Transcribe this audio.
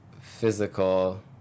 physical